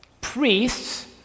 Priests